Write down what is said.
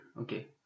Okay